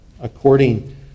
according